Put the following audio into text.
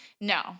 No